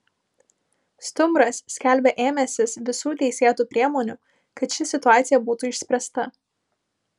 stumbras skelbia ėmęsis visų teisėtų priemonių kad ši situacija būtų išspręsta